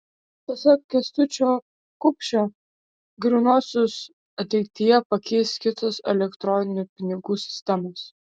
pasak kęstučio kupšio grynuosius ateityje pakeis kitos elektroninių pinigų sistemos